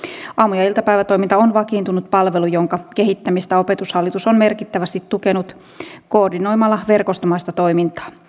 aamu ja iltapäivätoiminta on vakiintunut palvelu jonka kehittämistä opetushallitus on merkittävästi tukenut koordinoimalla verkostomaista toimintaa